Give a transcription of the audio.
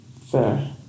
Fair